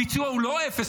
הביצוע הוא לא אפס,